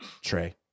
Trey